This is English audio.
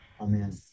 Amen